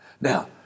Now